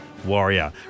Warrior